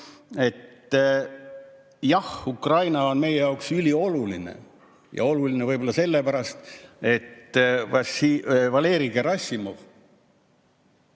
Jah, Ukraina on meie jaoks ülioluline ja oluline võib-olla sellepärast, et Valeri Gerassimov